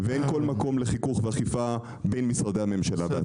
ואין כל מקום לחיכוך ואכיפה בין משרדי הממשלה בעצמם.